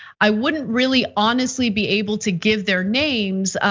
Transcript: i wouldn't really honestly be able to give their names.